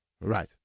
Right